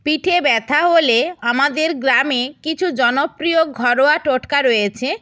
পিঠে ব্যথা হলে আমাদের গ্রামে কিছু জনপ্রিয় ঘরোয়া টোটকা রয়েছে